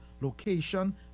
location